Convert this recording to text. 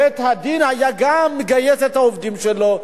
בית-הדין היה גם מגייס את העובדים שלו,